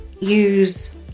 use